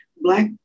Black